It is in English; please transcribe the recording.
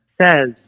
says